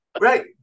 Right